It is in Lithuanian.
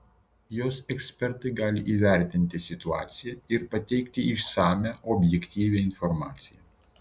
jos ekspertai gali įvertinti situaciją ir pateikti išsamią objektyvią informaciją